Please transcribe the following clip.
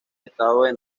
estado